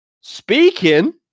speaking